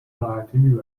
راحتی